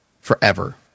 forever